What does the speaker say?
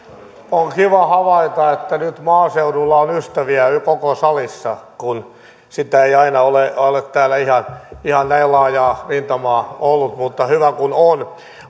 on kiva havaita että nyt maaseudulla on ystäviä koko salissa kun sitä ei aina ole ole täällä ihan ihan näin laajaa rintamaa ollut mutta hyvä kun on